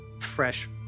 fresh